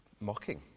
mocking